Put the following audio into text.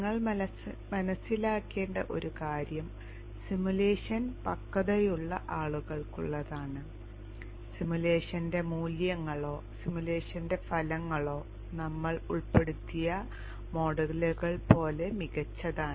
നിങ്ങൾ മനസ്സിലാക്കേണ്ട ഒരു കാര്യം സിമുലേഷൻ പക്വതയുള്ള ആളുകൾക്കുള്ളതാണ് സിമുലേഷന്റെ മൂല്യങ്ങളോ സിമുലേഷന്റെ ഫലങ്ങളോ ഞങ്ങൾ ഉൾപ്പെടുത്തിയ മോഡലുകൾ പോലെ മികച്ചതാണ്